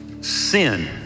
sin